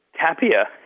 Tapia